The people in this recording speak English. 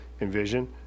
envision